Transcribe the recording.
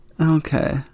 Okay